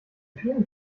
vielen